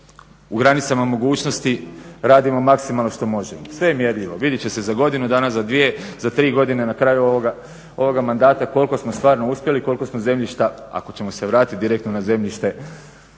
U granicama mogućnosti radimo maksimalno što možemo. Sve je mjerljivo, vidjet će se za godinu dana, za dvije, za tri godine na kraju ovoga mandata koliko smo stvarno uspjeli i koliko smo zemljišta ako ćemo se vratiti direktno na zemljište